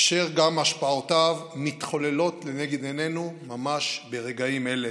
אשר גם השפעותיו מתחוללות לנגד עינינו ממש ברגעים אלה.